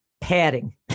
padding